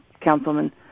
councilman